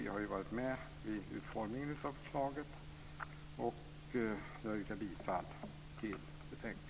Vi har varit med i utformningen av förslaget. Jag yrkar bifall till förslaget i betänkandet.